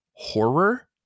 horror